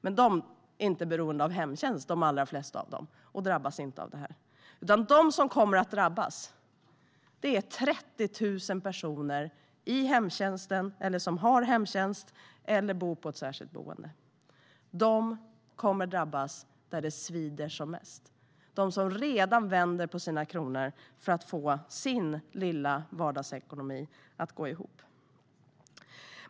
Men de allra flesta av dem är inte beroende av hemtjänst, så de drabbas inte av detta. De som kommer att drabbas är 30 000 personer som har hemtjänst eller som bor på ett särskilt boende. De kommer att drabbas där det svider som mest - de som redan vänder på sina slantar för att få sin lilla vardagsekonomi att gå ihop.